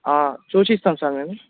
చూసి ఇస్తాం సార్ మేము